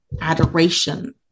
adoration